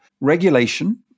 Regulation